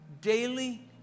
daily